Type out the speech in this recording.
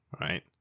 right